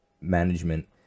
management